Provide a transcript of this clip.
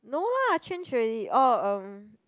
no lah change already orh um